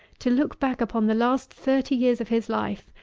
to look back upon the last thirty years of his life,